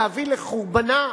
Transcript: להביא לחורבנה